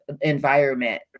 environment